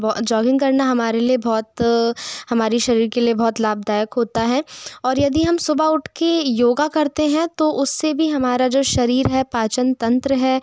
jogging करना हमारे लिए बहुत हमारे शरीर के लिए बहुत लाभदायक होता है और यदि हम सुबह उठ के योग करते हैं तो उस से भी हमारा जो शरीर है पाचन तंत्र है